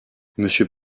monsieur